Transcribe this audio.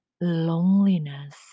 loneliness